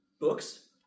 books